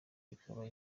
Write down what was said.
bikaba